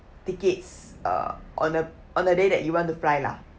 tickets uh on a on the day that you want to fly lah